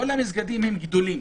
כל המסגדים הם גדולים